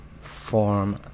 form